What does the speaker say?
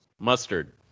Mustard